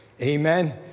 Amen